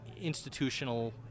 institutional